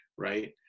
right